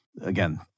again